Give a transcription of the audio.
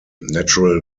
natural